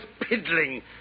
piddling